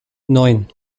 neun